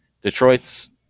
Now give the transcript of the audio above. Detroit's